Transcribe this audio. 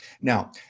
Now